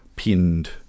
pinned